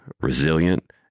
resilient